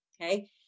Okay